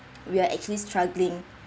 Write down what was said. we are actually struggling